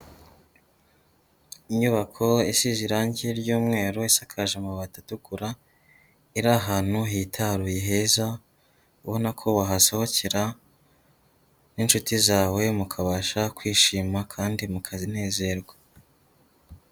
Inyubako isize irangi ry'umweru, isakaje amabati atukura, iri ahantu hitaruye heza, ubona ko wahasohokera n'inshuti zawe mukabasha kwishima kandi mukanezerwa.